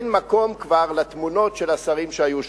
כבר אין מקום לתמונות של השרים שהיו שם.